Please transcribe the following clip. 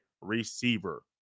receiver